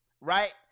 Right